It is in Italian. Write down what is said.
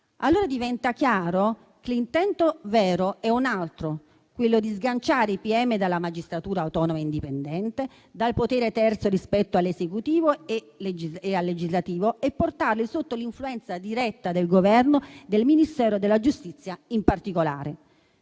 Quindi, diventa chiaro che l'intento vero è un altro: quello di sganciare i pm dalla magistratura autonoma e indipendente, dal potere terzo rispetto all'esecutivo e al legislativo, e di portarli sotto l'influenza diretta del Governo e del Ministero della giustizia in particolare.